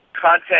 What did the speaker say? content